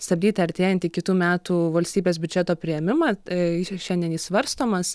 stabdyti artėjantį kitų metų valstybės biudžeto priėmimą šiandien jis svarstomas